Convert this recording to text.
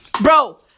Bro